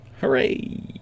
Hooray